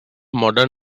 modern